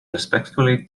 respectfully